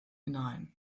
hinein